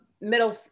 Middle